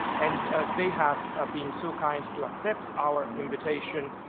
and they have ah been so kind to accept our invitation.